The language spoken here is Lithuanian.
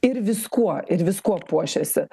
ir viskuo ir viskuo puošiasi